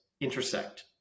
intersect